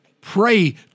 pray